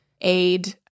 aid